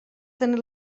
tenir